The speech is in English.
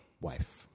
wife